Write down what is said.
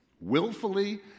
willfully